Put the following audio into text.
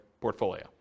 portfolio